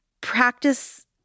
practice